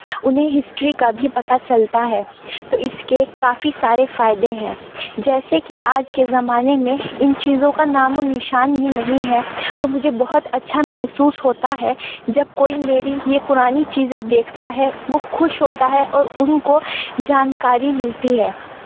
انہیں ہسٹری کا بھی پتہ چلتا ہے تو اس کے کافی سارے فائدے ہیں جیسے کہ آج کے زمانے میں ان چیزوں کا نام و نشان ہی نہیں ہے تو مجھے بہت اچھا محسوس ہوتا ہے جب کوئی میری یہ پرانی چیزیں دیکھتا ہے وہ خوش ہوتا ہے اور ان کو جانکاری ملتی ہے